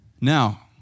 Now